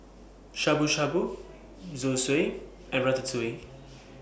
Shabu Shabu Zosui and Ratatouille